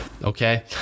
okay